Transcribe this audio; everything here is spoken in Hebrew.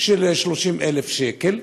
של 30,000 שקל,